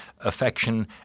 affection